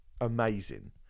amazing